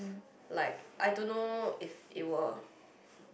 like I don't know if it will